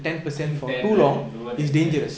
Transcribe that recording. I think ten right lower than ten